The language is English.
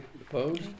Opposed